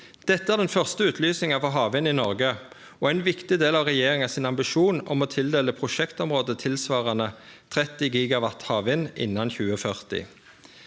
Dette er den første utlysinga for havvind i Noreg og er ein viktig del av regjeringa sin ambisjon om å tildele prosjektområde tilsvarande 30 GW havvind innan 2040.